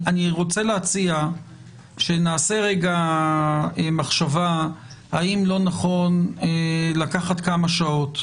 אני רוצה להציע שנעשה מחשבה האם לא נכון לקחת כמה שעות,